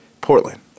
Portland